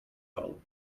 all